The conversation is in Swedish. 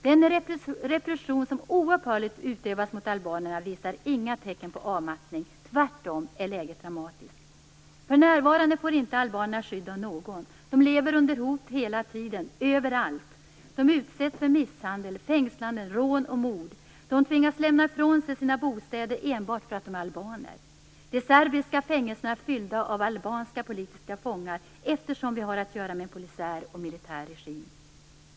Den repression som oupphörligt utövas mot albanerna visar inga tecken på avmattning, tvärtom är läget dramatiskt. För närvarande får inte albanerna skydd av någon, de lever under hot hela tiden, överallt. De utsätts för misshandel, fängslanden, rån och mord; de tvingas lämna ifrån sig sina bostäder enbart för att de är albaner. De serbiska fängelserna är fyllda av albanska politiska fångar, eftersom vi har att göra med en polisiär och militär regim.